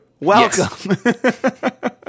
welcome